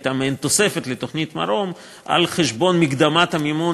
זו הייתה מעין תוספת לתוכנית "מרום" על חשבון מקדמת המימון